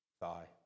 thigh